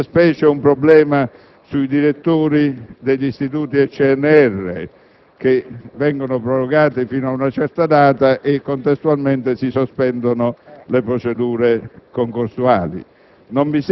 in specie un problema sui direttori degli istituti del CNR che vengono prorogati fino ad una certa data sospendendosi, contestualmente, le procedure concorsuali.